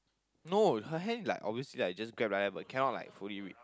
no her hand like always like just grab like that but cannot like fully read